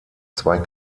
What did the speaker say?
zwei